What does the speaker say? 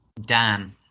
Dan